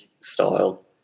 style